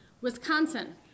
Wisconsin